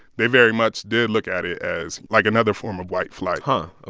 they very much did look at it as, like, another form of white flight huh. ah